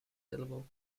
syllable